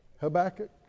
Habakkuk